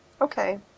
Okay